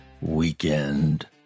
weekend